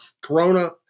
Corona